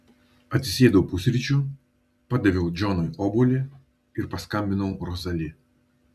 atsisėdau pusryčių padaviau džonui obuolį ir paskambinau rozali